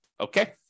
okay